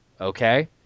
Okay